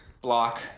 block